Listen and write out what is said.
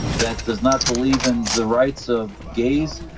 that does not believe in the rights of gays,